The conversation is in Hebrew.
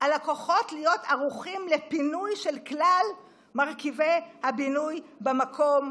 על הכוחות להיות ערוכים לפינוי של כלל מרכיבי הבינוי במקום,